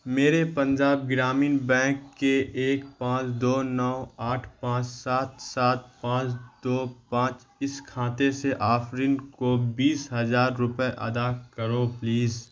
میرے پنجاب گرامین بینک کے ایک پانچ دو نو آٹھ پانچ سات سات پانچ دو پانچ اس کھاتے سے آفرین کو بیس ہزار روپئے ادا کرو پلیز